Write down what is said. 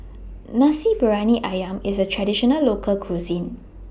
Nasi Briyani Ayam IS A Traditional Local Cuisine